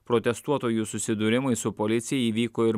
protestuotojų susidūrimai su policija įvyko ir